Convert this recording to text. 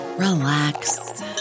relax